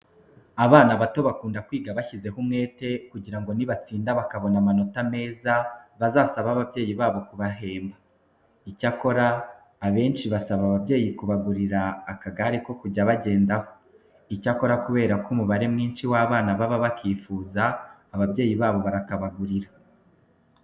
Abana bato bakunda kwiga bashyizeho umwete kugira ngo nibatsinda bakabona amanota meza bazasabe ababyeyi babo kubahemba. Icyakora abenshi basaba ababyeyi kubagurira akagare ko kujya bagendaho. Icyakora kubera ko umubare mwinshi w'abana baba bakifuza, ababyeyi babo barakabagurira.